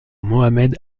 mohamed